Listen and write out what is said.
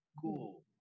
Cool